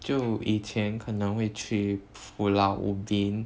就以前可能会去 pulau ubin